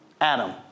Adam